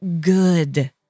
good